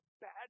bad